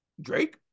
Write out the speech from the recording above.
Drake